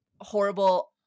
horrible-